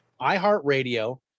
iHeartRadio